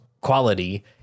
Quality